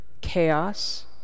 chaos